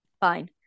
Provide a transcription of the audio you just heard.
Fine